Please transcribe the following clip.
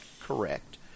correct